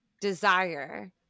desire